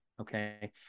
okay